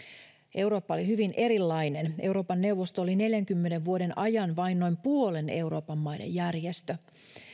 eurooppa oli hyvin erilainen euroopan neuvosto oli neljänkymmenen vuoden ajan vain noin puolen euroopan maista järjestö